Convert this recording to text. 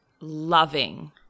loving